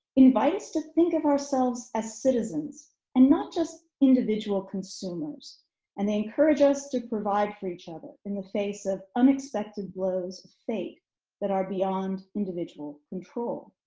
invites to think of ourselves as citizens and not just individual consumers and they encourage us to provide for each other in the face of unexpected blows of fate that are beyond individual control.